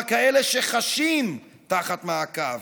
כלומר כאלה שחשים תחת מעקב.